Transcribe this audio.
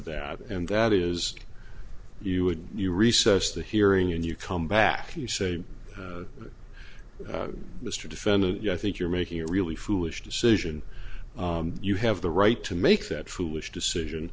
that and that is you would you recess the hearing and you come back you say mr defendant you i think you're making a really foolish decision you have the right to make that foolish decision